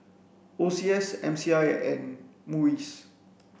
O C S M C I and MUIS